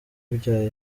bya